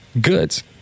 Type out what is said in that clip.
goods